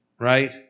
Right